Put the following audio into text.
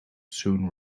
soon